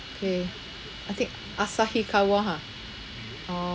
K I think Asahi cover ha orh